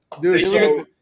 Dude